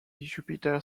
jupiter